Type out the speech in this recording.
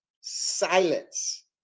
Silence